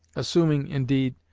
assuming, indeed,